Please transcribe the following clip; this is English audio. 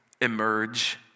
emerge